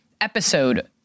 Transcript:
episode